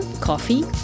coffee